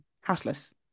houseless